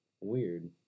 Weird